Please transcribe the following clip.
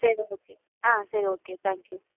சரி ஓகே ஆ சரி ஓகே தேங்க் யூ